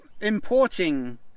importing